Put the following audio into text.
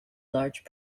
large